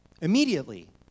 Immediately